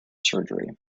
surgery